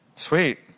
Sweet